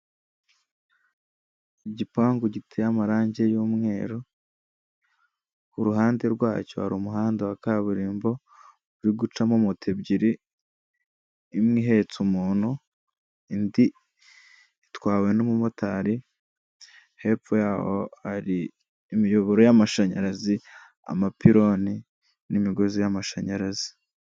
Igipangu giteye amarangi y'umweru, ku ruhande rwacyo hari umuhanda wa kaburimbo uri gucamo moto ebyiri, imwe ihetse umuntu indi itwawe n'umumotari, hepfo yaho imiyoboro y'amashanyarazi, amapironi n'imigozi y'amashanyarazi.